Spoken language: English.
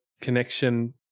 connection